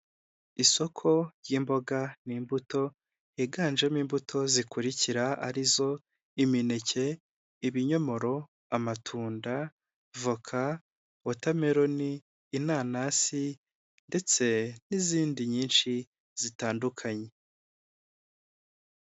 Isoko ry'imboga n'imbuto, higanjemo imbuto zikurikira ari zo: imineke, ibinyomoro, amatunda, voka, wotameroni, inanasi ndetse n'izindi nyinshi zitandukanye.